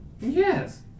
Yes